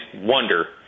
wonder